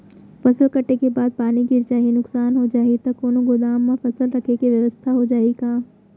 फसल कटे के बाद पानी गिर जाही, नुकसान हो जाही त कोनो गोदाम म फसल रखे के बेवस्था हो जाही का?